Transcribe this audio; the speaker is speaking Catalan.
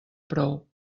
prou